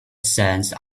sands